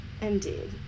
Indeed